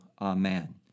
Amen